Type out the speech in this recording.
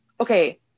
okay